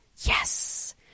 Yes